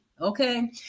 Okay